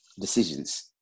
decisions